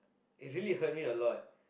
it really hurt me a lot